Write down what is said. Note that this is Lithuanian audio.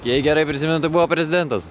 jei gerai prisimenu tai buvo prezidentas